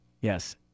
Yes